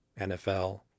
NFL